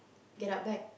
get up back